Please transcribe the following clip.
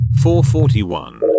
441